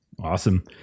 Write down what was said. Awesome